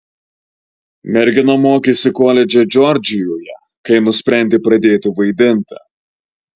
mergina mokėsi koledže džordžijoje kai nusprendė pradėti vaidinti